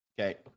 Okay